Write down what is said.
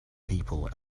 people